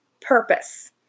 purpose